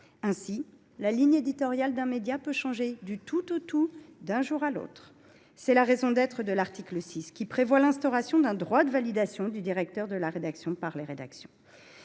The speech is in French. Ainsi, la ligne éditoriale d’un média peut changer du tout au tout, d’un jour à l’autre. Telle est la raison d’être de l’article 6, qui prévoit l’instauration d’un droit de validation du directeur de la rédaction par les rédactions.